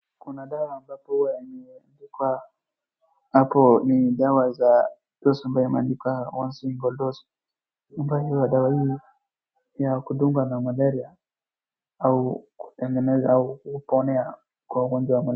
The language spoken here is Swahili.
Kuna dawa ambapo huwa imeandikwa hapo ni dawa za dosuba imeandikwa one single dose . Upaji wa dawa hii ya kudunga na malaria au kutengeneza au kuponea kwa ugonjwa wa malaria.